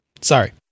Sorry